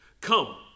Come